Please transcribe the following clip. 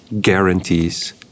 guarantees